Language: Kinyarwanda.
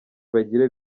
bagire